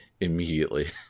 immediately